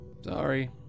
Sorry